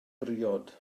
briod